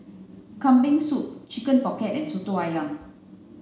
kambing soup chicken pocket and soto ayam